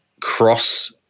cross